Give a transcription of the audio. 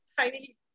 tiny